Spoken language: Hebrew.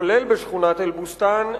כולל בשכונת אל-בוסתן,